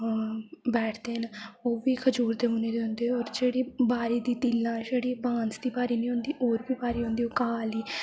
बैठदे न ओह् बी खजूर दे बुने दे होंदे होर बांस दी तीला छड़ी बांस दी बारी निं होंदी होर बी बारी होंदी घाऽ आह्ली